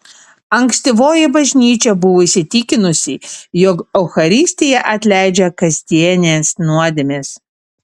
ankstyvoji bažnyčia buvo įsitikinusi jog eucharistija atleidžia kasdienes nuodėmes